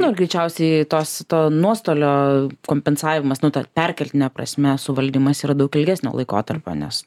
nu greičiausiai tos to nuostolio kompensavimas nu ta perkeltine prasme suvaldymas yra daug ilgesnio laikotarpio nes